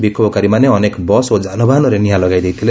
ବିକ୍ଷୋଭକାରୀମାନେ ଅନେକ ବସ୍ ଓ ଯାନବାହାନରେ ନିଆଁ ଲଗାଇ ଦେଇଥିଲେ